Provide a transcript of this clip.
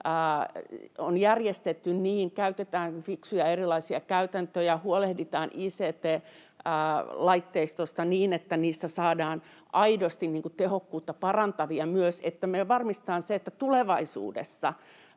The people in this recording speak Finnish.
on järjestetty niin, että käytetään erilaisia fiksuja käytäntöjä ja huolehditaan ict-laitteistosta niin, että niistä saadaan aidosti tehokkuutta parantavia, ja että me varmistetaan, että tulevaisuudessa